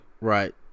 Right